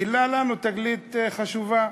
גילה לנו תגלית חשובה.